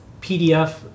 PDF